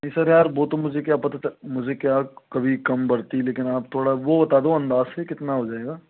नहीं सर यार वो तो मुझे क्या पता था मुझे क्या कभी कम भर्ती लेकिन आप थोड़ा वो बता दो अंदाज से कितना हो जाएगा